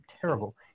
terrible